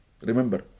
Remember